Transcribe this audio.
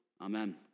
Amen